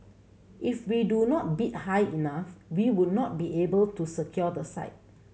if we do not bid high enough we would not be able to secure the site